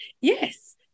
Yes